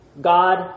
God